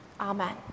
Amen